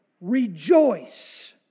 Rejoice